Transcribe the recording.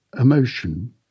emotion